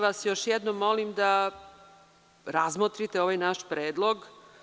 Još jednom vas molim da razmotrite ovaj naš predlog.